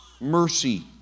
mercy